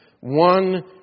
one